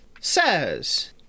Says